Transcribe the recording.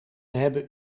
hebben